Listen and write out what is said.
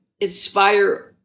inspire